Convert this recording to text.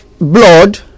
blood